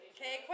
Okay